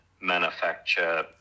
manufacture